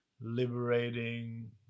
liberating